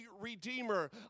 redeemer